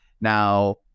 Now